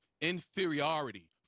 inferiority